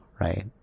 right